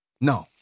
No